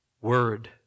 word